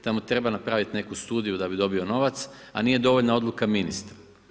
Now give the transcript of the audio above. Tamo treba napraviti neku studiju da bi dobio novac, a nije dovoljna odluka ministra.